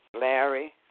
Larry